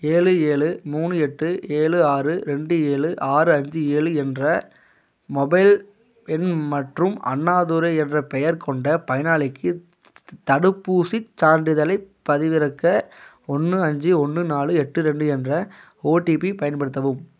ஏழு ஏழு மூணு எட்டு ஏழு ஆறு ரெண்டு ஏழு ஆறு அஞ்சு ஏழு என்ற மொபைல் எண் மற்றும் அண்ணாதுரை என்ற பெயர் கொண்ட பயனாளிக்கு தடுப்பூசிச் சான்றிதழைப் பதிவிறக்க ஒன்று அஞ்சு ஒன்று நாலு எட்டு ரெண்டு என்ற ஓடிபி பயன்படுத்தவும்